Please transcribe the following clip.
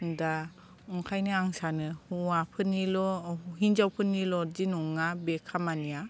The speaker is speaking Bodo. दा ओंखायनो आं सानो हौवाफोरनिल' हिनजावफोरनिल' दि नङा बे खामानिया